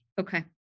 Okay